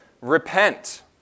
repent